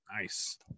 Nice